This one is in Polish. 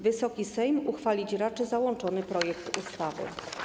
Wysoki Sejm uchwalić raczy załączony projekt ustawy.